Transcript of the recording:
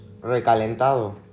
recalentado